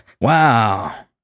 Wow